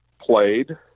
played